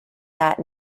that